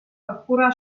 хура